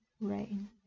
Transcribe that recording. rain